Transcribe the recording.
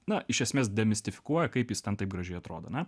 na iš esmės demistifikuoja kaip jis ten tai gražiai atrodo ar ne